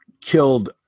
killed